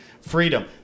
freedom